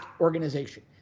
organization